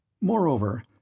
Moreover